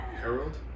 Harold